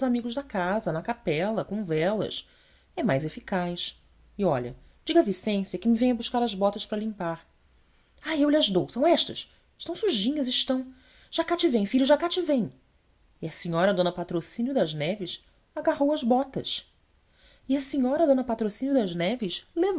amigos da casa na capela com velas e mais eficaz e olhe diga à vicência que me venha buscar as botas para limpar ai eu lhas dou são estas estão sujinhas estão já cá te vêm filho já cá te vêm e a senhora dona patrocínio das neves agarrou as botas e a senhora dona patrocínio das neves